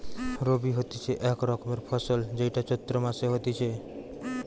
রবি হতিছে এক রকমের ফসল যেইটা চৈত্র মাসে হতিছে